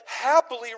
happily